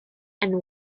and